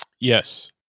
Yes